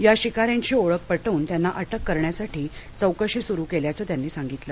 या शिकाऱ्यांची ओळख पटवून त्यांना अटक करण्यासाठी चौकशी सुरू केल्याचं त्यांनी सांगितलं